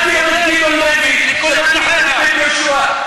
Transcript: מדינה לכל אזרחיה, בבקשה.